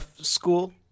school